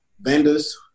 vendors